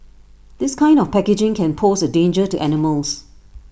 this kind of packaging can pose A danger to animals